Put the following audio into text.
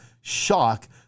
shock